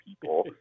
people